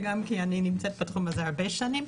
וגם כי אני נמצאת בתחום הזה הרבה שנים.